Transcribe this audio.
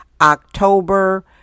October